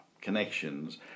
connections